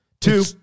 two